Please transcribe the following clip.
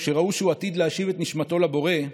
וכשראו שהוא עתיד להשיב את נשמתו לבורא,